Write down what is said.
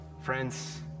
Friends